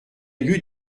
lieu